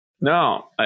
No